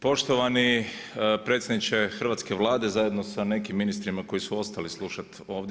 Poštovani predsjedniče hrvatske Vlade zajedno sa nekim ministrima koji su ostali slušati ovdje.